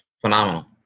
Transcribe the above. phenomenal